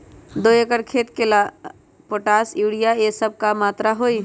दो एकर खेत के ला पोटाश, यूरिया ये सब का मात्रा होई?